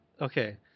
okay